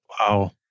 Wow